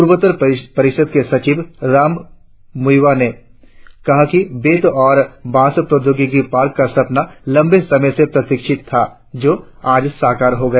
पूर्वोत्तर परिषद के सचिव राम मुइवा ने कहा कि बेंत और बांस प्रौद्योगिकी पार्क का सपना लंबे समय से प्रतीक्षित था जो आज साकार हो गया